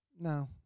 No